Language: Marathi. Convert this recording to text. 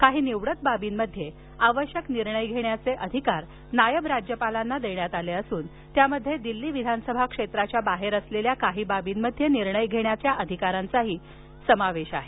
काही निवडक बाबींमध्ये आवश्यक निर्णय घेण्याचे अधिकार नायब राज्यपालांना देण्यात आले असून त्यामध्ये दिल्ली विधानसभा क्षेत्राच्या बाहेर असलेल्या काही बाबींमध्ये निर्णय घेण्याच्या अधीकारांचाही समावेश आहे